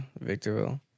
Victorville